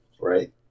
right